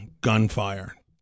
gunfire